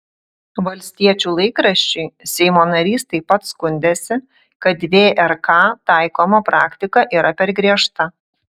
valstiečių laikraščiui seimo narys taip pat skundėsi kad vrk taikoma praktika yra per griežta